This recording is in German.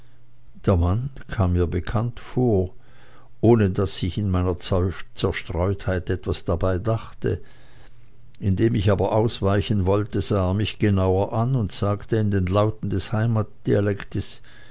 der mann kam mir bekannt vor ohne daß ich in meiner zerstreutheit etwas dabei dachte indem ich aber ausweichen wollte sah er mich genauer an und sagte in den lauten des